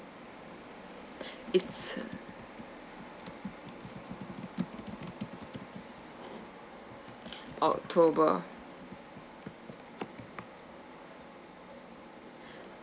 it's a october